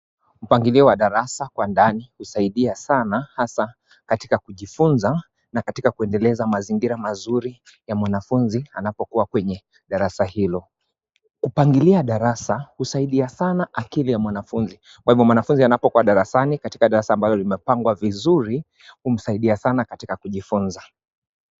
Mpangilio wa darasa kwa ndani husaidia sana, hasa katika kujifunza na katika kuendeleza mazingira mazuri ya mwanafunzi anapokua kwenye darasa hilo. Kupangilia darasa husaidia sana akili ya mwanafunzi. Kwa hivo mwanafunzi anapokua darasani katika darasa ambalo limepamgwa vizuri, humsaidia sana katika kujifunza.